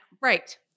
Right